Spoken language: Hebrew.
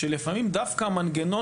שלפעמים דווקא המנגנון